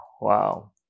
Wow